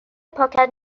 پاکت